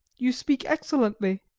you speak excellently.